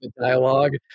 dialogue